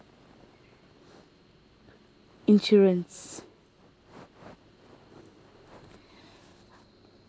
insurance